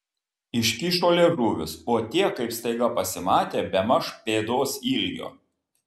iškišo liežuvius o tie kaip staiga pasimatė bemaž pėdos ilgio